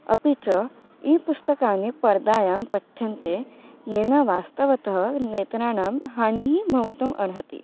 अपि च ई पुस्तकानि पर्दायां पठ्यन्ते येन वास्तवतः नेत्राणां हानिः भवितुम् अर्हति